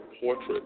portrait